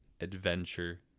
adventure